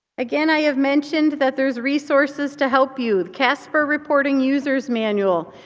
again i have mentioned that there's resources to help you. casper reporting user's manual,